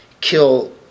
kill